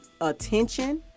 attention